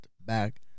back